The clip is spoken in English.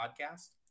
podcast